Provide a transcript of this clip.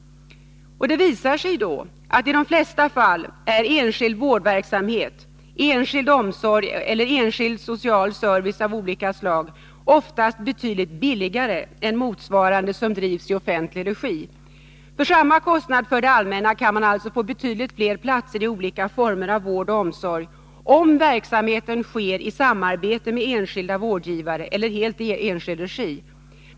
Det visar sig då i de flesta fall att enskild vårdverksamhet, enskild omsorg eller enskild social service av olika slag oftast är betydligt billigare än motsvarande som drivs i offentlig regi. För samma kostnad för det allmänna kan man alltså få betydligt fler platser i olika former av vård och omsorg, om verksamheten sker i samarbete med enskilda vårdgivare eller helt i enskild regi.